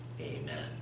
Amen